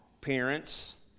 parents